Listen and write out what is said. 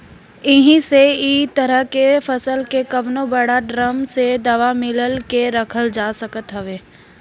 एही से इ तरह के फसल के कवनो बड़ ड्राम में दवाई मिला के रखल जात हवे